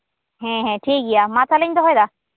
ᱦᱮᱸ ᱦᱮᱸ ᱴᱷᱤᱠ ᱜᱮᱭᱟ ᱢᱟ ᱛᱟᱦᱞᱮᱧ ᱫᱚᱦᱚᱭᱮᱫᱟ